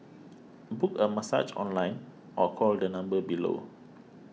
book a massage online or call the number below